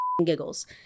giggles